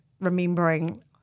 remembering